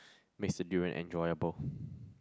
makes the durian enjoyable